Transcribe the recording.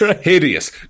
Hideous